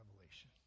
revelation